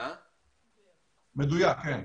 כן.